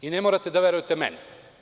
Ne morate da verujete meni.